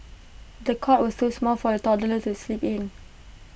the cot was too small for the toddler to sleep in